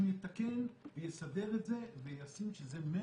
שהוא יתקן ויסדר את זה וישים 100,